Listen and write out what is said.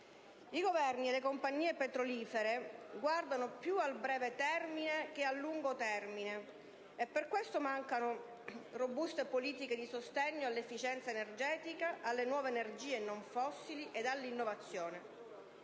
I Governi e le compagnie petrolifere guardano più al breve che al lungo termine; per questo mancano robuste politiche di sostegno all'efficienza energetica, alle nuove energie non fossili ed all'innovazione.